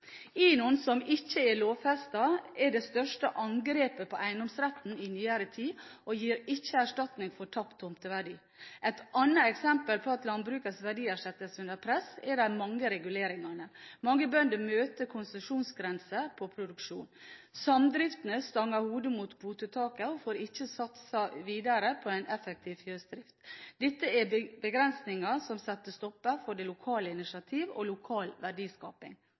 som ikke er lovfestet, er det største angrepet på eiendomsretten i nyere tid og gir ikke erstatning for tapt tomteverdi. Et annet eksempel på at landbrukets verdier settes under press, er de mange reguleringene. Mange bønder møter konsesjonsgrenser på produksjon. Samdriftene stanger hodet mot kvotetaket og får ikke satset videre på en effektiv fjøsdrift. Dette er begrensninger som setter stopper for det lokale initiativ og lokal verdiskaping.